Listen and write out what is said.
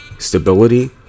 stability